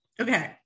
Okay